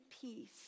peace